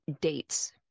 dates